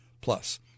plus